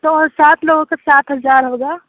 تو سات لوگوں کا سات ہزار ہوگا